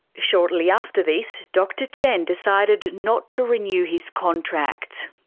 shortly after this, dr chen decided not to renew his contractit's